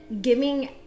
giving